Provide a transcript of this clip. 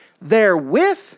therewith